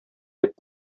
дип